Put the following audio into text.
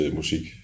musik